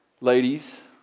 ladies